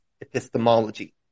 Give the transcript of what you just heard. epistemology